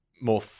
more